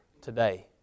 today